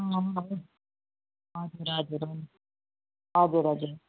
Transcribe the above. हजुर हजुर हजुर हजुर